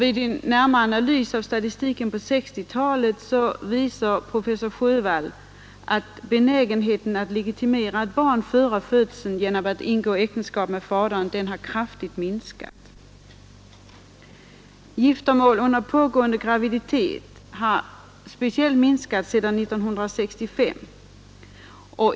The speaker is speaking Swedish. Vid en närmare analys av 1960-talet visar professor Sjövall att benägenheten att legitimera barn före födseln genom att ingå äktenskap med fadern kraftigt har minskat. Giftermål under pågående graviditet har speciellt minskat sedan 1965.